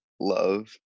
love